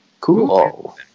Cool